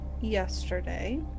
yesterday